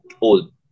old